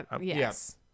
yes